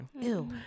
Ew